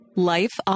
Life